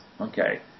Okay